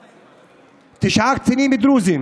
תשעה קצינים דרוזים